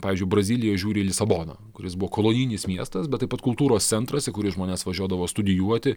pavyzdžiui brazilija žiūri į lisaboną kuris buvo kolonijinis miestas bet taip pat kultūros centras į kurį žmonės važiuodavo studijuoti